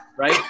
Right